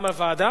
גם הוועדה,